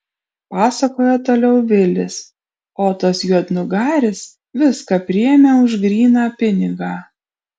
pasakojo toliau vilis o tas juodnugaris viską priėmė už gryną pinigą